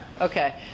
Okay